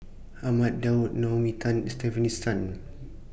Ahmad Daud Naomi Tan and Stefanie Sun